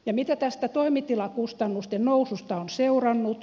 mitä tästä toimitilakustannusten noususta on seurannut